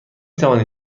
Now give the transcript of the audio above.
توانی